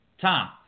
Tom